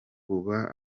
kuba